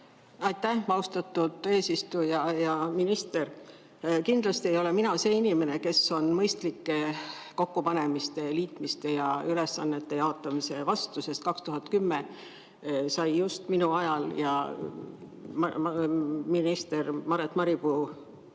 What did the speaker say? Aitäh, austatud eesistuja! Hea minister! Kindlasti ei ole mina see inimene, kes on mõistlike kokkupanemiste, liitmiste ja ülesannete jaotamise vastu, sest aastal 2010 sai just minu ajal ja minister Maret Maripuu